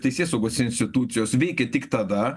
teisėsaugos institucijos veikia tik tada